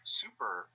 super